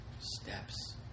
steps